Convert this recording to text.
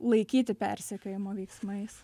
laikyti persekiojimo veiksmais